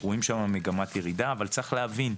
אנחנו רואים שם מגמת ירידה, אבל צריך להבין,